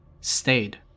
stayed